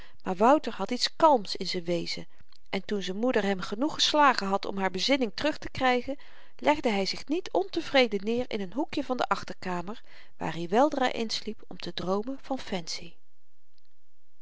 maar wouter had iets kalms in z'n wezen en toen z'n moeder hem genoeg geslagen had om haar bezinning terug te krygen legde hy zich niet ontevreden neer in n hoekje van de achterkamer waar i weldra insliep om te droomen van fancy